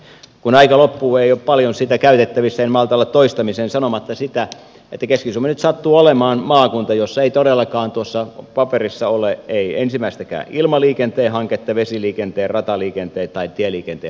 kun aika loppuu ei ole paljon sitä käytettävissä en malta olla toistamiseen sanomatta sitä että keski suomi nyt sattuu olemaan maakunta jossa ei todellakaan tuossa paperissa ole ensimmäistäkään ilmaliikenteen hanketta vesiliikenteen rataliikenteen tai tieliikenteen hanketta